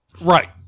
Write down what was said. Right